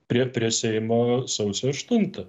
prie prie seimo sausio aštuntą